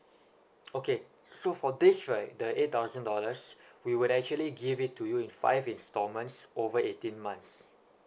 okay so for this right the eight thousand dollars we would actually give it to you in five installments over eighteen months